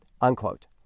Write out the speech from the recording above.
unquote